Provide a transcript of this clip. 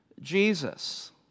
Jesus